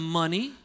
money